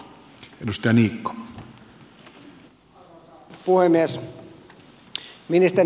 arvoisa puhemies